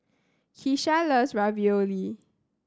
Kesha loves Ravioli